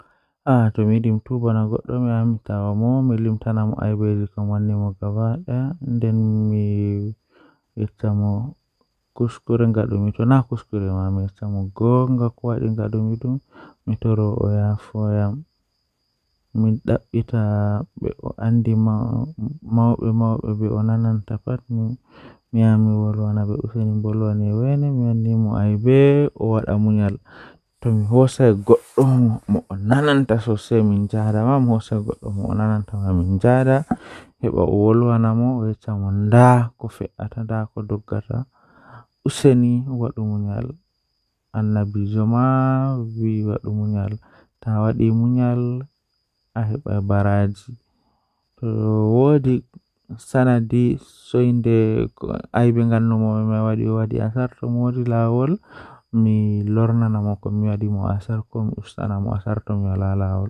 Jokkondir heɓɓe cemma, waawataa njiddaade baɗɗoore he jonde e cuɓɗe. Waawataa jokkondir gafataaje, so tawii cuɓɓi waawataa e ndaarayde. Jokkondir eyesight ngal e gasa, miɗo njiddude he yaɓɓe no waawataa waawude. Miɗo hokkondir safe gafataaje he baɗɗoore ngal, ngal. Jokkondir fittaade eyesight ngal ngoni e gasa he no ɓuri fowrude.